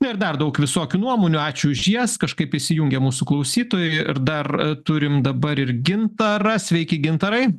na ir dar daug visokių nuomonių ačiū už jas kažkaip įsijungė mūsų klausytojai ir dar turim dabar ir gintarą sveiki gintarai